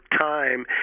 time